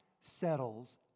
settles